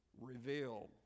revealed